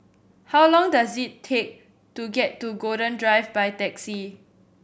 how long does it take to get to Golden Drive by taxi